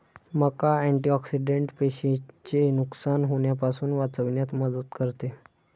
मका अँटिऑक्सिडेंट पेशींचे नुकसान होण्यापासून वाचविण्यात मदत करते